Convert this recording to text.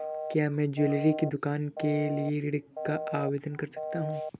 क्या मैं ज्वैलरी की दुकान के लिए ऋण का आवेदन कर सकता हूँ?